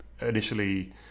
Initially